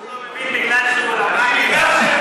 הוא לא מבין בגלל שהוא למד ליבה.